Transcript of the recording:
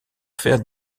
faire